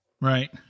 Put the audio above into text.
Right